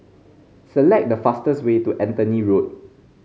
select the fastest way to Anthony Road